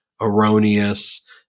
erroneous